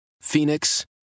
Phoenix